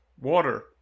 water